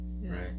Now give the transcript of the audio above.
right